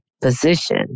position